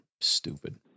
Stupid